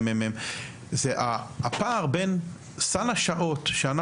זו הבעיה העיקרית של הדיון הזה,